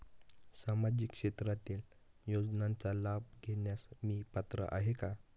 सामाजिक क्षेत्रातील योजनांचा लाभ घेण्यास मी पात्र आहे का?